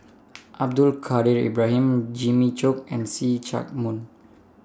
Abdul Kadir Ibrahim Jimmy Chok and See Chak Mun